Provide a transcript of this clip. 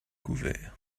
couverts